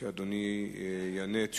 שאדוני יענה את תשובתו.